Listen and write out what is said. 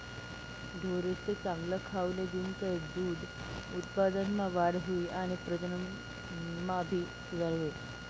ढोरेसले चांगल खावले दिनतर दूध उत्पादनमा वाढ हुई आणि प्रजनन मा भी सुधार हुई